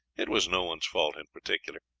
it was no one's fault in particular.